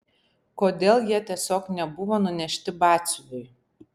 kodėl jie tiesiog nebuvo nunešti batsiuviui